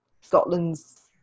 Scotland's